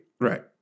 Right